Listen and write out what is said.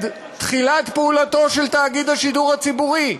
תחילת פעולתו של תאגיד השידור הציבורי.